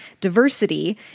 diversity